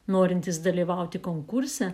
norintys dalyvauti konkurse